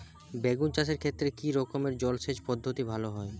বেগুন চাষের ক্ষেত্রে কি রকমের জলসেচ পদ্ধতি ভালো হয়?